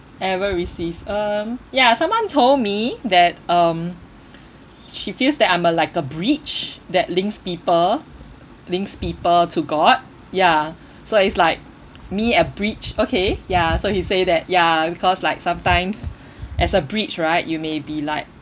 ever received um ya someone told me that um she feels that I'm a like a bridge that links people links people to god ya so it's like me a bridge okay ya so he say that ya because like sometimes as a bridge right you may be like